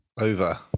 Over